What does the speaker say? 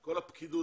כל הפקידות